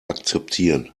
akzeptieren